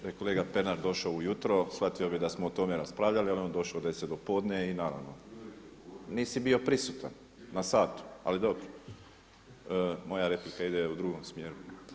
Da je kolega Pernar došao ujutro shvatio bi da smo o tome raspravljali ali on je došao u 10 do podne i naravno, nisi bio prisutan na satu ali dobro, moja replika ide u drugom smjeru.